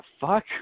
fuck